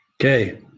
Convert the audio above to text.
okay